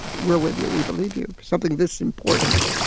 we're with you. we believe you. something this important.